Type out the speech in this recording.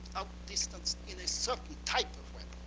out distanced in a certain type of weapon.